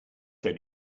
tell